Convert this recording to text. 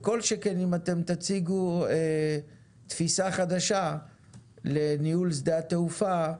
וכל שכן אם אתם תציגו תפיסה חדשה לניהול שדה התעופה,